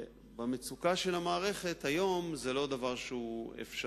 במצוקה של המערכת היום זה לא דבר אפשרי,